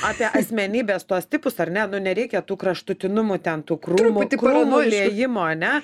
apie asmenybės tuos tipus ar ne nu nereikia tų kraštutinumų ten tų krūmų krūmų liejimo ane